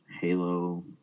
Halo